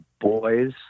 Boys